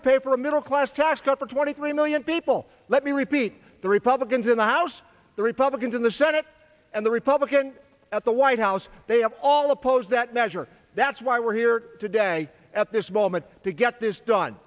to pay for a middle class tax cut for twenty three million people let me repeat the republicans in the house the republicans in the senate and the republican at the white house they have all opposed that measure that's why we're here today at this moment to get this done